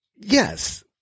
Yes